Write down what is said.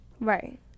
Right